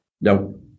no